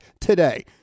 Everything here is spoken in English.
today